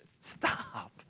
Stop